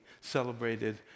celebrated